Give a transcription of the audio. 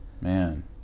man